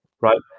Right